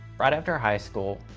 right after high school,